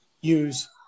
use